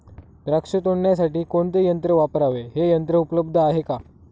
द्राक्ष तोडण्यासाठी कोणते यंत्र वापरावे? हे यंत्र उपलब्ध आहे का?